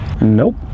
Nope